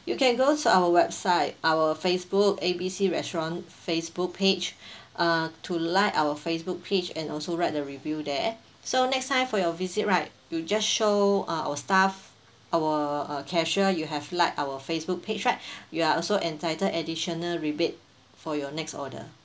you can go to our website our Facebook A B C restaurant Facebook page uh to like our Facebook page and also write the review there so next time for your visit right you just show uh our staff our uh cashier you have liked our Facebook page right you are also entitled additional rebate for your next order